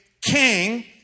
king